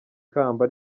kamba